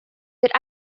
that